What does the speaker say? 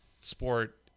sport